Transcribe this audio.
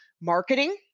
marketing